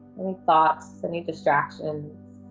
any thoughts, any distractions,